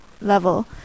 level